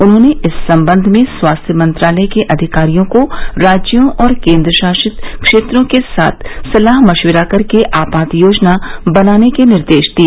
उन्होंने इस संबंध में स्वास्थ्य मंत्रालय के अधिकारियों को राज्यों और केंद्र शासित क्षेत्रों के साथ सलाह मशविरा करके आपात योजना बनाने के निर्देश दिए